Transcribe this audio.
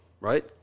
right